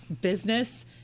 business